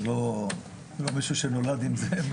זה לא מישהו שנולד עם זה,